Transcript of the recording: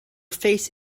face